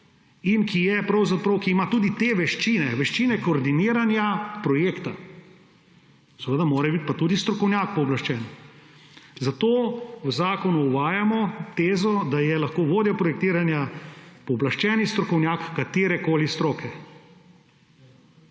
z investitorjem in ki ima tudi te veščine, veščine koordiniranja projekta. Seveda mora biti pa tudi strokovnjak pooblaščen. Zato v zakonu uvajamo tezo, da je lahko vodja projektiranja pooblaščeni strokovnjak katerekoli stroke.